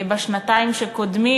בשנתיים שקדמו?